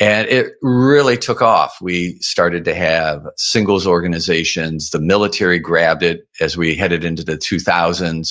and it really took off. we started to have singles organizations, the military grabbed it as we headed into the two thousand